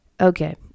Okay